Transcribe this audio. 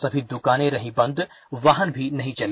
सभी दुकाने रही बंद वाहन भी नहीं चले